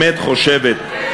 את באמת חושבת, כן.